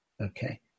Okay